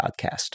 podcast